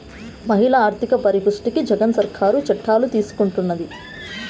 మహిళల ఆర్థిక పరిపుష్టికి జగన్ సర్కారు చర్యలు తీసుకుంటున్నది